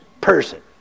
person